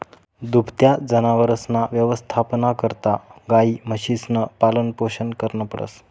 दुभत्या जनावरसना यवस्थापना करता गायी, म्हशीसनं पालनपोषण करनं पडस